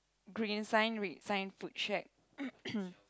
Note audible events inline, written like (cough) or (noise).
green sign red sign food check (noise)